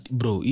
bro